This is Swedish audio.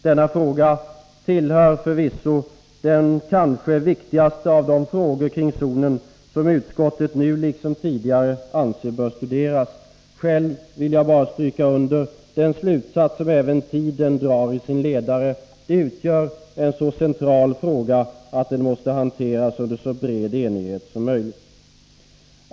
Denna fråga är den kanske allra viktigaste av de frågor kring en nordisk zon som utskottet nu liksom tidigare anser att man bör studera. Själv vill jag bara stryka under den slutsats som även Tiden drar i sin ledare: Detta utgör en så central fråga att den måste hanteras under så bred enighet som möjligt.